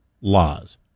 laws